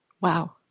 Wow